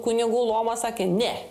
kunigų luomas sakė ne